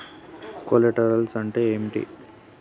Collaterals అంటే ఏంటిది?